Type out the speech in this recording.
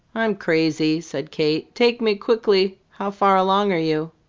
i'm crazy, said kate. take me quickly! how far along are you?